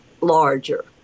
larger